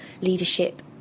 leadership